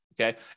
okay